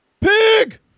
Pig